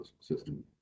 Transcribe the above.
system